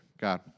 God